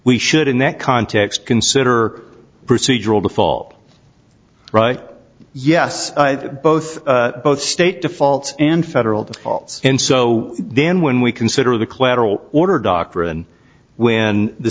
we should in that context consider procedural default yes both both state default and federal defaults and so then when we consider the collateral order doctrine when the